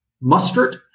mustard